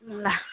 ल